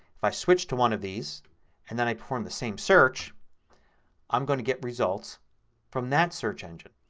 if i switch to one of these and then i perform the same search i'm going to get results from that search engine.